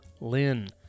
Lynn